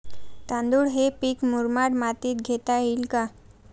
तांदूळ हे पीक मुरमाड मातीत घेता येईल का?